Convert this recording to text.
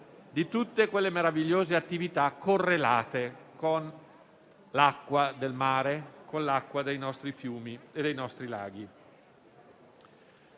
di tutte quelle meravigliose attività correlate all'acqua del mare, all'acqua dei nostri fiumi e dei nostri laghi.